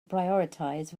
prioritize